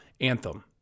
Anthem